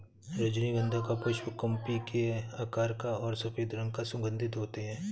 रजनीगंधा का पुष्प कुप्पी के आकार का और सफेद रंग का सुगन्धित होते हैं